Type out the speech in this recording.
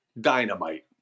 Dynamite